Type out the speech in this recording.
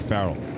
Farrell